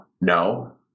No